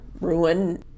ruin